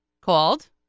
called